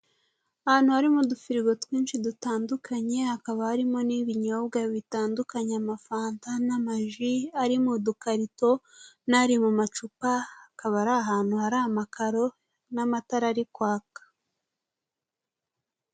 Ahantu harimo udufirigo twinshi dutandukanye. Hakaba harimo n'ibinyobwa bitandukanye amafanta n'amaji ari mu dukarito, n'ari mu macupa. Hakaba ari ahantu hari amakaro n'amatara ari kwaka.